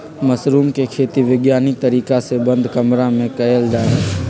mushroom के खेती वैज्ञानिक तरीका से बंद कमरा में कएल जाई छई